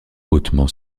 hautement